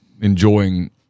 enjoying